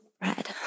bread